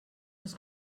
das